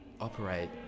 operate